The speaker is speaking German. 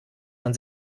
man